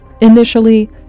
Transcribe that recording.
Initially